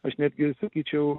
aš netgi sakyčiau